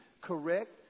correct